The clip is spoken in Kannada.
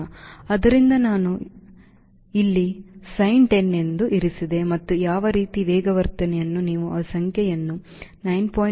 ಆದ್ದರಿಂದ ನಾನು ಅದನ್ನು ಇಲ್ಲಿ Sin10 ಎಂದು ಇರಿಸಿದೆ ಮತ್ತು ಯಾವ ರೀತಿಯ ವೇಗವರ್ಧನೆಯನ್ನು ನೀವು ಆ ಸಂಖ್ಯೆಯನ್ನು 9